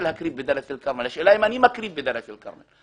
להקריב בדלית אל כרמל והשאלה היא האם אני מקריב בדלית אל כרמל.